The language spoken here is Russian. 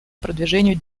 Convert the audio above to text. продвижению